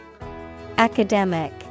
Academic